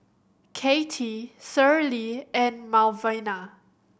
Kattie Shirlie and Malvina